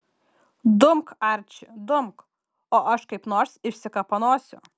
dumk arči dumk o aš kaip nors išsikapanosiu